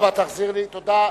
תודה רבה.